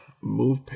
move